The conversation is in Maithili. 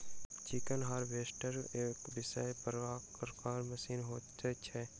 चिकन हार्वेस्टर एक विशेष प्रकारक मशीन होइत छै